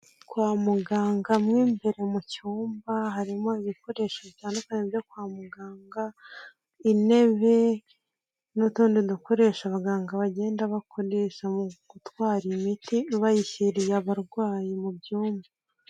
Kwa muganga mu imbere mu cyumba harimo ibikoresho bitandukanye byo kwa muganga, intebe n'utundi dukoresha abaganga bagenda bakoresha mu gutwara imiti bayishyiriye abarwayi mu byumba.